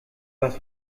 was